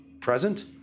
present